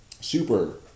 Super